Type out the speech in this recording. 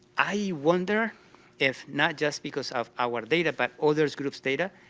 i wonder if not just because of our data but other group's data.